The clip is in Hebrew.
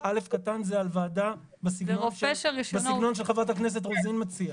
א' קטן זה על ועדה בסגנון שחברת הכנסת רוזין מציעה.